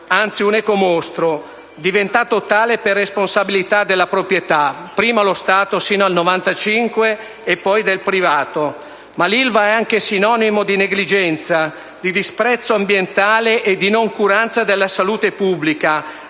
anzi un ecomostro, diventato tale per responsabilità della proprietà: prima lo Stato, sino al 1995, poi del privato. Ma l'Ilva è anche sinonimo di negligenza, di disprezzo ambientale e di noncuranza della salute pubblica